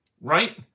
right